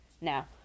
now